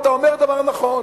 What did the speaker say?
אתה אומר דבר נכון,